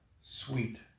sweet